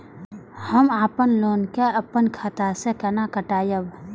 हम अपन लोन के अपन खाता से केना कटायब?